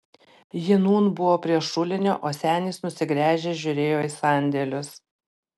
ji nūn buvo prie šulinio o senis nusigręžęs žiūrėjo į sandėlius